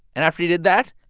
and after he did that,